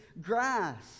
grass